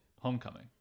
Homecoming